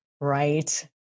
Right